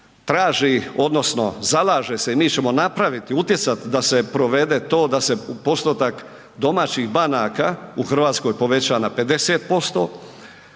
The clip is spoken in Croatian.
traži odnosno zalaže se i mi ćemo napraviti, utjecati da se provede to da se postotak domaćih banaka u Hrvatskoj poveća na 50%.